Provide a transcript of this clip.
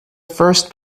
first